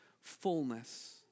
fullness